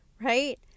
right